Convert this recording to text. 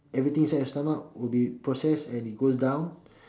everything inside your stomach will be processed and it goes down